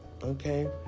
Okay